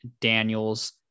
Daniels